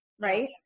Right